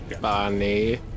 Bonnie